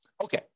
Okay